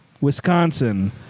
Wisconsin